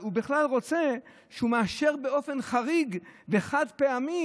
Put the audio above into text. הוא בכלל רוצה לאשר באופן חריג וחד-פעמי